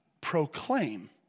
proclaim